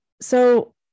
so-